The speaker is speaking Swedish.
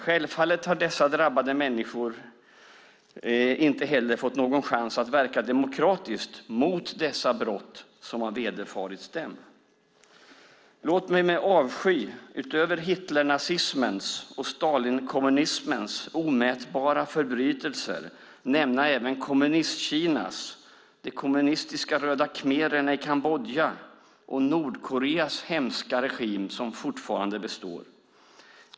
Självfallet har dessa drabbade människor inte heller fått någon chans att verka demokratiskt mot de brott som vederfarits dem. Låt mig med avsky utöver Hitlernazismens och Stalinkommunismens omätbara förbrytelser nämna även Kommunistkina, de kommunistiska Röda Khmererna i Kambodja och Nordkoreas hemska regim, som fortfarande består.